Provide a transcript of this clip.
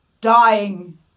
dying